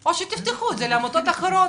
או שתפתחו את זה לעמותות אחרות.